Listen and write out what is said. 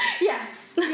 Yes